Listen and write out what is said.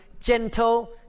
gentle